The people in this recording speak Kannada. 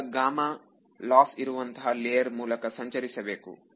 ಈಗ ಇದು ಲಾಸ್ ಇರುವಂತಹ ಲೇಯರ್ ಮೂಲಕ ಸಂಚರಿಸಬೇಕು